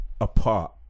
apart